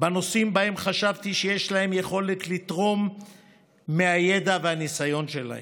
בנושאים שבהם חשבתי שיש להם יכולת לתרום מהידע ומהניסיון שלהם,